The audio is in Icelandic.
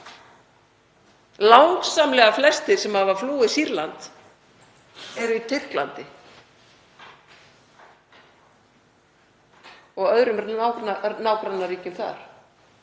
langsamlega flestir sem hafa flúið Sýrland eru í Tyrklandi og öðrum nágrannaríkjum þar